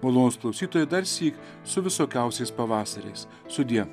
malonūs klausytojai darsyk su visokiausiais pavasariais sudie